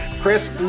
Chris